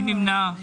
מי נמנע?